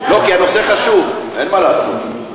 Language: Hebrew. כי הנושא חשוב, אין מה לעשות.